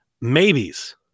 Maybes